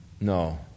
No